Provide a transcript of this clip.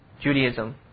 Judaism